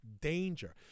danger